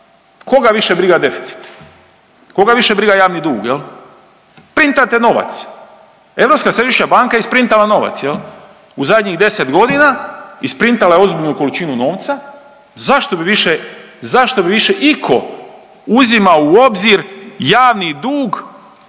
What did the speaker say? koga više briga deficit? Koga više briga javni dug? Printate novac, Europska središnja banka isprintava novac. U zadnjih 10 godina isprintala je ozbiljnu količinu novca, zašto bi više itko uzimao u obzir javni dug